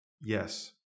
Yes